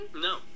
No